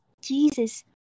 Jesus